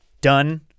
done